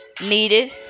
needed